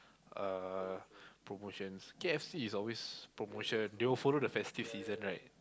uh promotions K_F_C is always promotion they will follow the festive season right